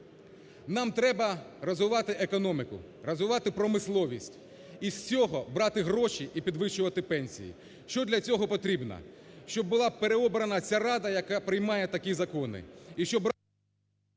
Нам треба розвивати економіку, розвивати промисловість. І з цього брати гроші і підвищувати пенсії. Що для цього потрібно? Щоб була переобрана ця Рада, яка приймає такі закони.